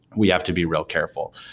we have to be real careful.